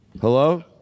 Hello